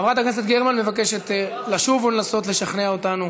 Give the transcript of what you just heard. חברת הכנסת גרמן מבקשת לשוב ולשכנע אותנו